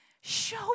Show